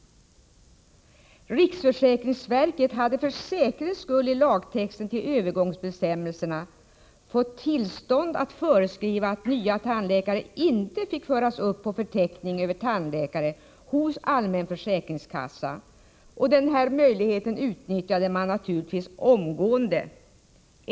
Riksförsäkringsverket hade för säkerhets skull i lagtexten till övergångsbestämmelserna fått tillstånd att föreskriva att nya tandläkare inte fick föras upp på förteckning över tandläkare hos allmän försäkringskassa. Denna möjlighet utnyttjades naturligtvis omgående.